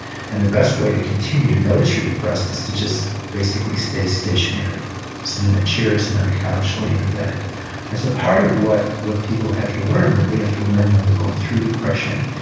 and the best way to continue to notice your depressed is to just basically stay stationary sit in a chair, sit on a couch, lay in a bed and so, part of what what people have to learn, what we have to learn when we're going through depression,